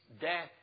death